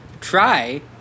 Try